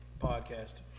podcast